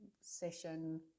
session